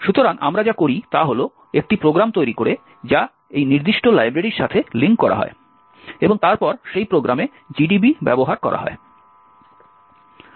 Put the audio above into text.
সুতরাং আমরা যা করি তা হল একটি প্রোগ্রাম তৈরি করি যা এই নির্দিষ্ট লাইব্রেরির সাথে লিঙ্ক করা হয় এবং তারপর সেই প্রোগ্রামে GDB ব্যবহার করা হয়